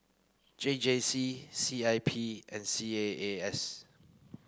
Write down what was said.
J J C C I P and C A A S